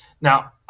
Now